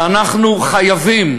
ואנחנו חייבים,